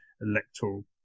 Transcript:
electoral